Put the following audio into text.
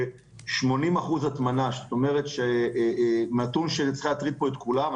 ב-80% הטמנה, שזה נתון שצריך להטריד פה את כולם.